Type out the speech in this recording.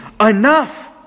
enough